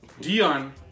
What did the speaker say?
Dion